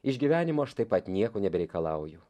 iš gyvenimo aš taip pat nieko nebereikalauju